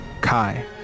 Kai